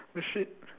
eh shit